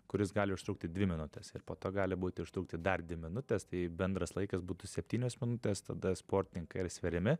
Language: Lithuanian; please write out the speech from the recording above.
kuris gali užtrukti dvi minutes ir po to gali būti užtrukti dar dvi minutes tai bendras laikas būtų septynios minutės tada sportininkai yra sveriami